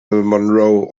monroe